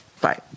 Bye